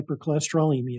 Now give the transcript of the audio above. hypercholesterolemia